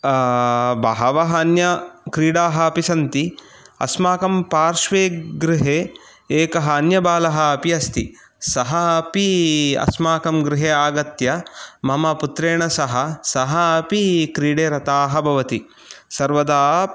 बहवः अन्यक्रीडाः अपि सन्ति अस्माकं पार्श्वे गृहे एकः अन्यबालः अपि अस्ति सः अपि अस्माकं गृहे आगत्य मम पुत्रेण सह सः अपि क्रीडे रताः भवति सर्वदा